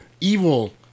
evil